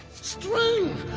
string